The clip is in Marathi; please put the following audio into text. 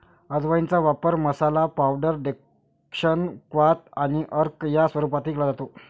अजवाइनचा वापर मसाला, पावडर, डेकोक्शन, क्वाथ आणि अर्क या स्वरूपातही केला जातो